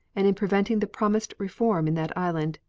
and in preventing the promised reform in that island.